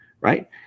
right